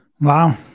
Wow